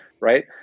right